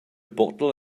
bottle